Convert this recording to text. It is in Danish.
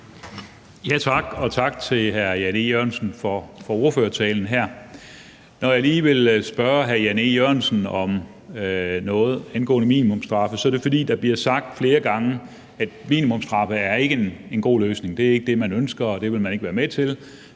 tak til hr. Jan E. Jørgensen for ordførertalen her. Når jeg lige vil spørge hr. Jan E. Jørgensen om noget angående minimumsstraffe, er det, fordi der flere gange bliver sagt, at minimumsstraffe ikke er en god løsning. Det er ikke det, man ønsker, og det vil man ikke være med til.